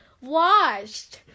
washed